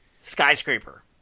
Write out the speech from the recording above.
Skyscraper